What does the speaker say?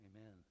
Amen